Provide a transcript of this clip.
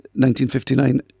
1959